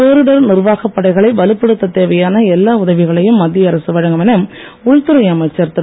பேரிடர் நிர்வாகப் படைகளை வலுப்படுத்தத் தேவையான எல்லா உதவிகளையும் மத்திய அரசு வழங்கும் என உள்துறை அமைச்சர் திரு